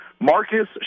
Marcus